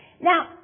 Now